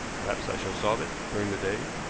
perhaps i shall solve it during the day.